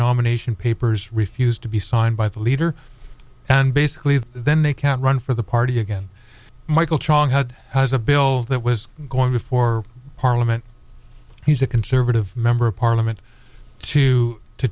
nomination papers refused to be signed by the leader and basically then they can't run for the party again michael chong had has a bill that was going before parliament he's a conservative member of parliament to to